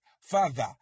Father